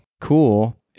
cool